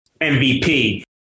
MVP